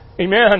Amen